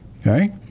okay